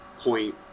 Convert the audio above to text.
point